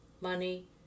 money